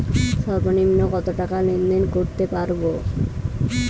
সর্বনিম্ন কত টাকা লেনদেন করতে পারবো?